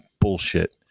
bullshit